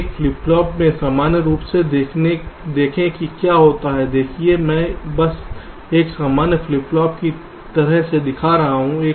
एक flip flop में सामान्य रूप से देखें कि क्या होता है देखिये मैं बस एक सामान्य फ्लिप फ्लॉप की तरफ से दिखा रहा हूँ